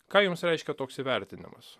ką jums reiškia toks įvertinimas